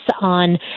on